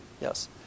Yes